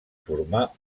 formar